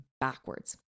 backwards